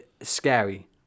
scary